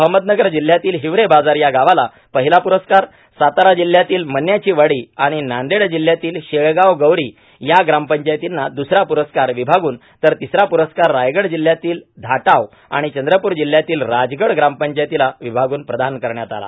अहमदनगर जिल्हयातील हिवरेबाजार या गावाला पहिला पुरस्कार सातारा जिल्हयातील मन्याचीवाडी आणि नांदेड जिल्हयातील शेळगाव गौरी या ग्रामपंचायतींना द्रसरा पुरस्कार विभागून तर तिसरा पुरस्कार रायगड जिल्हयातील धाटाव आणि चंद्रपूर जिल्हयातील राजगड ग्रामपंचायतीला विभागून प्रदान करण्यात आला